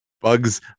Bugs